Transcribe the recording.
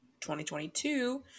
2022